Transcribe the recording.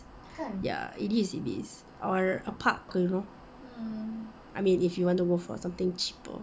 ya it is it is or a park you know I mean if you want to go for something cheap